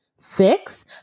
Fix